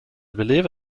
believe